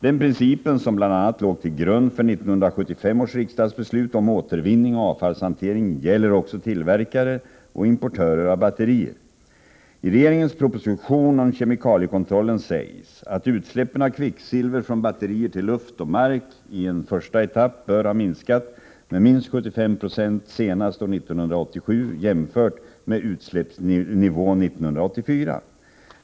Den principen, som bl.a. låg till grund för 1975 års riksdagsbeslut om återvinning och avfallshantering, gäller också tillverkare och importörer av batterier. I regeringens proposition om kemikaliekontrollen sägs att utsläppen av kvicksilver från batterier till luft och mark i en första etapp bör ha minskat med minst 75 26 senast år 1987 jämfört med utsläppsnivån 1984.